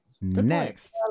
next